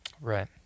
Right